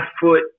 foot